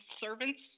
servants